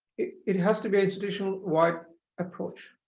it it has to be institutional-wide approach.